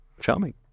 charming